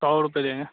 सौ रुपये देंगे